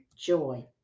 joy